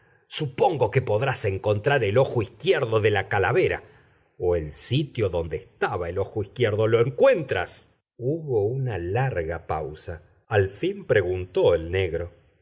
supongo que podrás encontrar el ojo izquierdo de la calavera o el sitio donde estaba el ojo izquierdo lo encuentras hubo una larga pausa al fin preguntó el negro